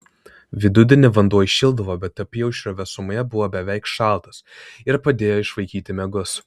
vidudienį vanduo įšildavo bet apyaušrio vėsumoje buvo beveik šaltas ir padėjo išvaikyti miegus